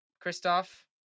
Christoph